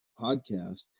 podcast